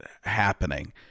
happening